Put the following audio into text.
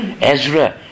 Ezra